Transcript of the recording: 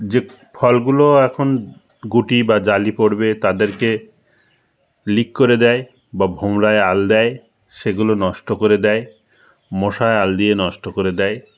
যে ফলগুলো এখন গুটি বা জালি পড়বে তাদেরকে লিক করে দেয় বা ভোমরায় আল দেয় সেগুলো নষ্ট করে দেয় মশায় আল দিয়ে নষ্ট করে দেয়